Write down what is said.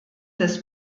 des